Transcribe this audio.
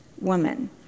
woman